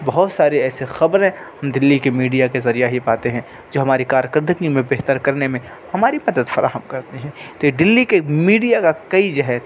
بہت سارے ایسے خبریں دلی کی میڈیا کے ذریعہ ہی پاتے ہیں جو ہماری کار کردگی میں بہتر کرنے میں ہماری مدد فراہم کرتے ہیں تو یہ دلی کے میڈیا کا کئی جو ہے